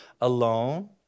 alone